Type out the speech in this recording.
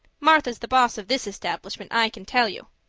martha's the boss of this establishment i can tell you.